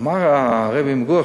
אמר הרבי מגור,